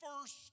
first